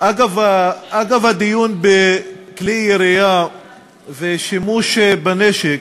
אגב הדיון בכלי ירייה ושימוש בנשק,